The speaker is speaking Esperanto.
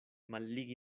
malligi